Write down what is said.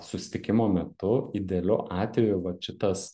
susitikimo metu idealiu atveju vat šitas